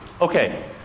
Okay